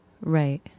Right